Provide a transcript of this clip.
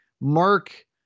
Mark